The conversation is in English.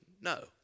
No